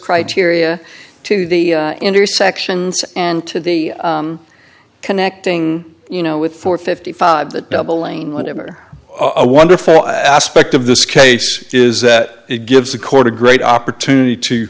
criteria to the intersections and to the connecting you know with four fifty five that doubling whatever a wonderful aspect of this case is that it gives the court a great opportunity to